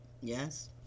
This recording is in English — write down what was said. Yes